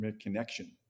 connection